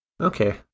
Okay